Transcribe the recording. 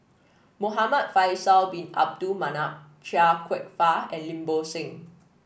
Muhamad Faisal Bin Abdul Manap Chia Kwek Fah and Lim Bo Seng